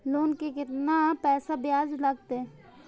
Loan के केतना पैसा ब्याज लागते?